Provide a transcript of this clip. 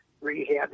rehab